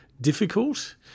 difficult